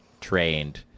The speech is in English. trained